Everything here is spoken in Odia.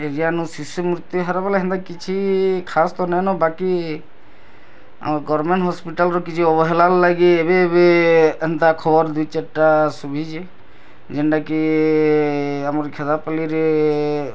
ଏଜାନୁ ଶିଶୁ ମୃତ୍ୟୁହାର ବୋଲେ ହେନ୍ତା କିଛି ଖାସ୍ ତ ନାଇଁନ ବାକି ଆମ ଗଭର୍ଣ୍ଣମେଣ୍ଟ ହସ୍ପିଟାଲ୍ର କିଛି ଅବହେଳା ଲାଗି ଏବେ ଏବେ ଏନ୍ତା ଖବର୍ ଦୁଇ ଚାରଟା ଶୁଭିଛି ଜେଣ୍ଟା କି ଆମର୍ ଖେଦାପାଲିରେ